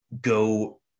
go